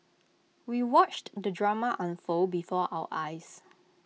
we watched the drama unfold before our eyes